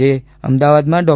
આજે અમદાવાદમાં ડો